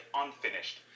unfinished